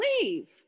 leave